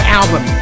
album